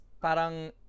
parang